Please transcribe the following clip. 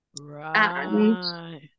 Right